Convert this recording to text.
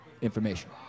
information